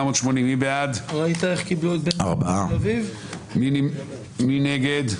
3 בעד, 9 נגד,